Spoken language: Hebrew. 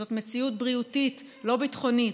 זאת מציאות בריאותית, לא ביטחונית.